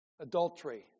adultery